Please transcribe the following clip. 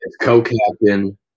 co-captain